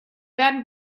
werden